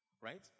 Right